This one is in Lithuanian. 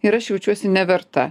ir aš jaučiuosi neverta